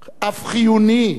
אף חיוני,